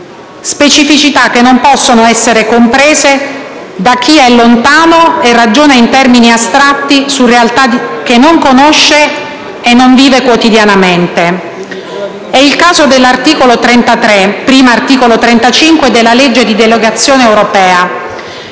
specificità che non possono essere comprese da chi è lontano e ragiona in termini astratti su realtà che non conosce e non vive quotidianamente. È il caso dell'articolo 33, prima articolo 35 della legge europea,